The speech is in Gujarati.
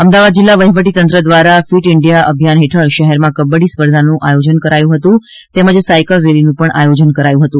અમદાવાદ જિલ્લા વહીવટીતંત્ર દ્વારા ફિટ ઇન્ડિયા અભિયાન હેઠળ શહેરમાં કબડ્ડી સ્પર્ધા તેમજ સાયકલ રેલીનું આયોજન કરાયું હતું